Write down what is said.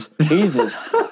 Jesus